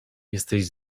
jesteś